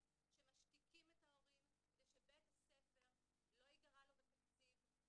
שמשתיקים את ההורים כדי שלא ייגרע תקציב לבית הספר,